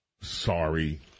Sorry